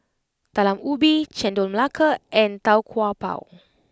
Talam Ubi Chendol Melaka and Tau Kwa Pau